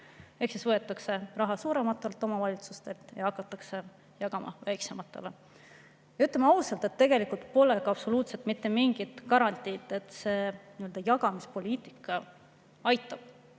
Ehk siis võetakse raha suurematelt omavalitsustelt ja jagatakse väiksematele. Ütleme ausalt, et tegelikult pole absoluutselt mitte mingit garantiid, et see [ümber]jagamispoliitika aitab